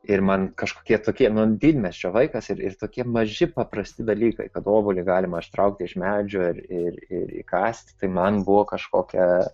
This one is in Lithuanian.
ir man kažkokie tokie nu didmiesčio vaikas ir tokie maži paprasti dalykai kad obuolį galima ištraukti iš medžio ar ir ir įkąsti tai man buvo kažkokia